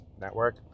network